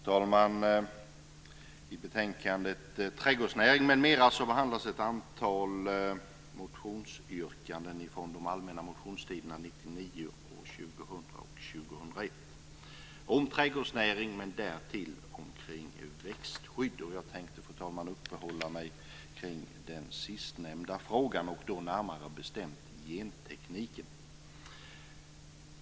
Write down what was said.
Fru talman! I betänkandet Trädgårdsnäring m.m. behandlas ett antal motionsyrkanden från de allmänna motionstiderna åren 1999, 2000 och 2001 om trädgårdsnäring och därtill om växtskydd. Jag tänker, fru talman, uppehålla mig vid den sistnämnda frågan och då närmare bestämt vid gentekniken.